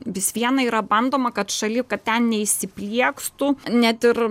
vis viena yra bandoma kad šaly kad ten neįsipliekstų net ir